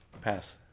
Pass